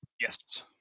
Yes